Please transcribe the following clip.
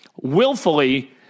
willfully